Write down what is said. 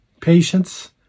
patience